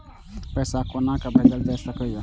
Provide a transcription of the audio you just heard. पैसा कोना भैजल जाय सके ये